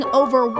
over